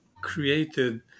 created